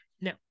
no